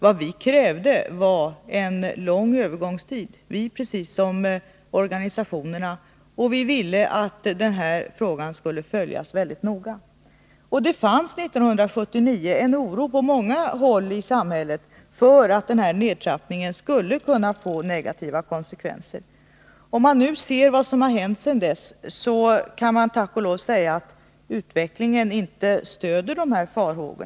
Vad vi krävde var en lång övergångstid — vi precis som organisationerna —, och vi ville att frågan skulle följas väldigt noga. Det fanns 1979 en oro på många håll i samhället för att denna nedtrappning skulle kunna få negativa konsekvenser. Om man nu ser på vad som hänt sedan dess kan man tack och lov säga att utvecklingen inte stöder dessa Nr 22 farhågor.